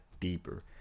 deeper